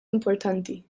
importanti